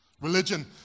Religion